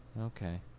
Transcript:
Okay